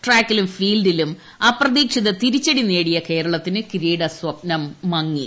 ട്രാക്കിലും ഫീൽഡിലും അപ്രതീക്ഷിത തിരിച്ചടിനേടിയ കേരളത്തിന് കിരീട സ്വപ്നം മങ്ങി